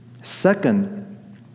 Second